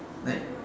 like